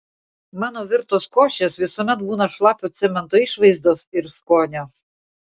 mano virtos košės visuomet būna šlapio cemento išvaizdos ir skonio